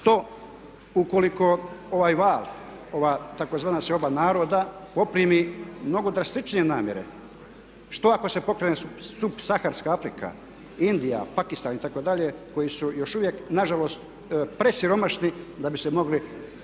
što ukoliko ovaj val, ova tzv. seoba naroda poprimi mnogo drastičnije namjere, što ako se pokrene subsaharska Afrika, Indija, Pakistan itd. koji su još uvijek nažalost presiromašni da bi se mogli